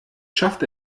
schafft